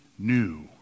New